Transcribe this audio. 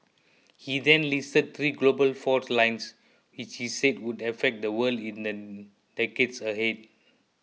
he then listed three global fault lines which he said would affect the world in the decades ahead